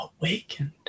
awakened